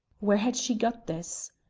where had she got this?